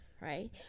right